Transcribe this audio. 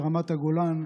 ברמת הגולן,